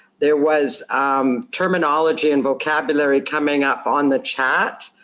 there was um terminology and vocabulary coming up on the chat.